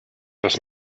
das